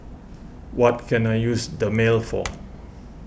what can I use Dermale for